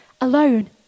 alone